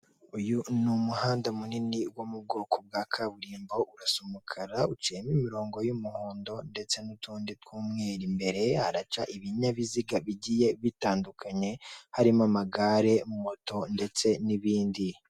Uyu ni umuhanda minini wo mu bwoko bwa kaburimbo urasa umukara uciyemo imirongo y'umuhondo ndetse nutundi tw'umweru imbere haraca ibinyabiziga bigiye bitandukanye harimo; amagare, moto ndetse nibindi.